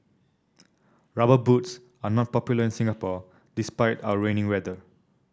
rubber boots are not popular in Singapore despite our rainy weather